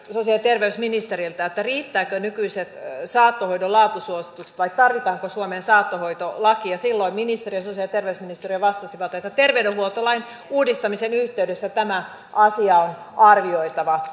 ja terveysministeriltä riittävätkö nykyiset saattohoidon laatusuositukset vai tarvitaanko suomeen saattohoitolaki ja silloin sosiaali ja terveysministeriöstä vastasivat että terveydenhuoltolain uudistamisen yhteydessä tämä asia on arvioitava